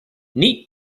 neat